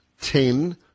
ten